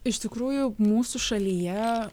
iš tikrųjų mūsų šalyje